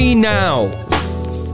now